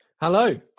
Hello